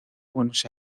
buenos